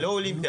האולימפי,